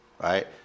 right